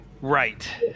Right